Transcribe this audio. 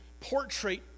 portrait